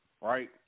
right